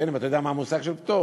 אם אתה יודע מה המושג של "פטור",